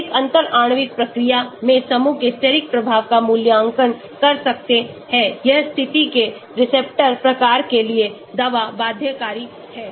एक अंतर आणविक प्रक्रिया में समूहों के steric प्रभाव का मूल्यांकन कर सकते हैं यह स्थिति के रिसेप्टर प्रकार के लिए दवा बाध्यकारी है